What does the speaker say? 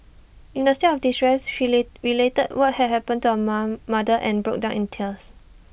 in her state of distress she late related what had happened to her mom mother and broke down in tears